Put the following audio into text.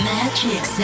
Magic